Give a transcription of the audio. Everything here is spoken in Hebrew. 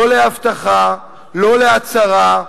לא להבטחה, לא להצהרה.